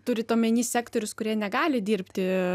turit omeny sektorius kurie negali dirbti